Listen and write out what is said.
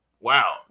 wow